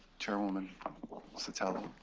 chairwoman sotelo.